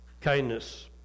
kindness